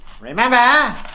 Remember